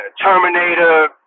Terminator